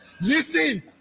Listen